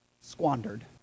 squandered